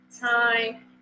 time